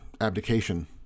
abdication